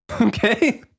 Okay